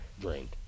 drained